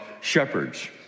shepherds